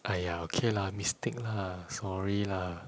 !aiya! okay lah mistake lah sorry lah